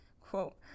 quote